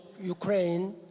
Ukraine